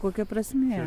kokia prasmė